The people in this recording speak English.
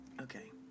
okay